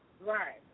Right